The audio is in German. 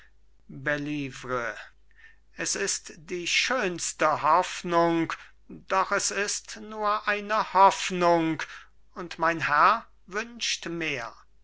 es ist die schönste hoffnung doch es ist nur eine hoffnung und mein herr wünscht mehr